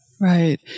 Right